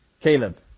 Caleb